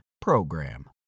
PROGRAM